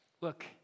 look